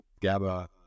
GABA